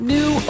New